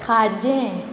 खाजें